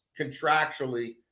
contractually